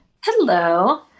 Hello